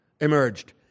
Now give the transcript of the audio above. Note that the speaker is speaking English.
emerged